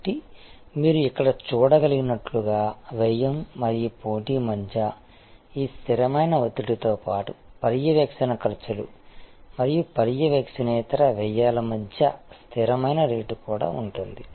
కాబట్టి మీరు ఇక్కడ చూడగలిగినట్లుగా వ్యయం మరియు పోటీ మధ్య ఈ స్థిరమైన ఒత్తిడితో పాటు పర్యవేక్షణ ఖర్చులు మరియు పర్యవేక్షణేతర వ్యయాల మధ్య స్థిరమైన రేటు కూడా ఉంటుంది